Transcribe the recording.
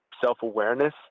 self-awareness